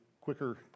quicker